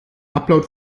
upload